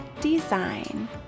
design